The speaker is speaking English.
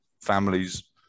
families